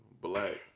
Black